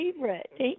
favorite